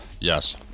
Yes